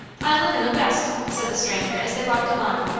i live in the west, said the stranger, as they walked along.